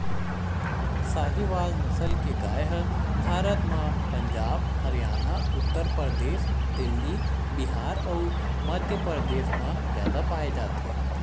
साहीवाल नसल के गाय ह भारत म पंजाब, हरयाना, उत्तर परदेस, दिल्ली, बिहार अउ मध्यपरदेस म जादा पाए जाथे